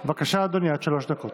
בבקשה, אדוני, עד שלוש דקות.